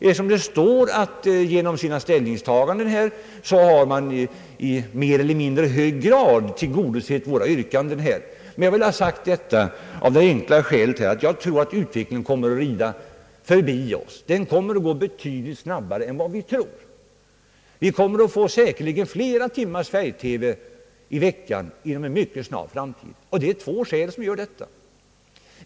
I utlåtandet står att utskottet i mer eller mindre stor utsträckning tillgodosett de önskemål som framförts i vår motion. Men jag har ändå velat framföra detta av det enkla skälet, att jag tror att utvecklingen kommer att gå betydligt snabba re än vi räknar med. Vi kommer säkerligen att få flera timmars färgtelevision i veckan inom en mycket snar framtid. Det är två skäl för detta.